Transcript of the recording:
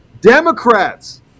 Democrats